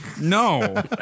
No